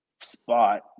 spot